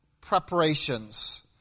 preparations